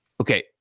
okay